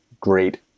great